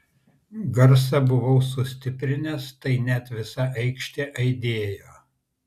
garsą buvau sustiprinęs tai net visa aikštė aidėjo